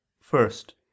First